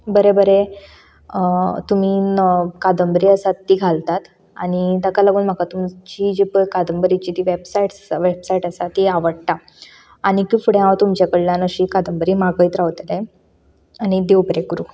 बरें बरें तुमी कादंबरी आसात ती घालतात आनी ताका लागून म्हाका तुमची जी पय कादंबरीची ती वेबसायट आसा वेबसायट आसा ती आवडटा आनिकूय फुडें हांव तुमच्या कडल्यान अशी कादंबरी मागयत रावतलें आनी देव बरें करूं